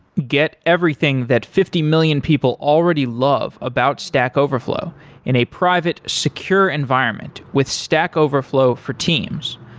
get everything that fifty million people already love about stack overflow in a private secure environment with stack overflow for teams.